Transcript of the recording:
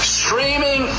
streaming